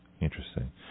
Interesting